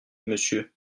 monsieur